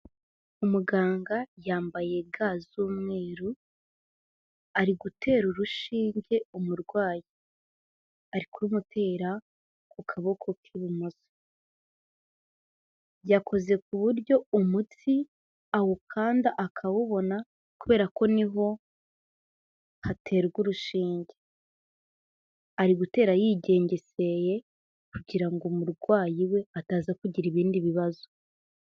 Umuganga yambaye ga z'umweru, ari gutera urushinge umurwayi arikurumutera ku kaboko k'ibumoso, yakoze ku buryo umutsi awukanda akawubona kubera ko niho haterwa urushinge, ari gutera yigengeseye kugira ngo umurwayi we ataza kugira ibindi bibazo.